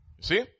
See